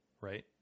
Right